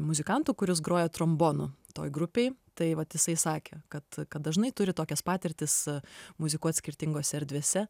muzikantu kuris groja trombonu toj grupėj tai vat jisai sakė kad kad dažnai turi tokias patirtis e muzikuot skirtingose erdvėse